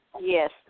Yes